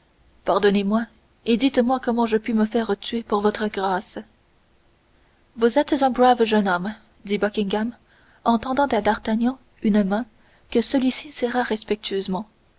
pardonnez-moi et dites-moi comment je puis me faire tuer pour votre grâce vous êtes un brave jeune homme dit buckingham en tendant à d'artagnan une main que celui-ci serra respectueusement